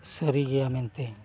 ᱥᱟᱹᱨᱤ ᱜᱮᱭᱟ ᱢᱮᱱᱛᱮ